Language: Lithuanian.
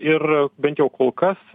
ir bent jau kol kas